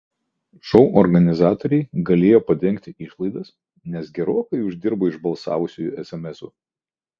šou organizatoriai galėjo padengti išlaidas nes gerokai uždirbo iš balsavusiųjų esemesų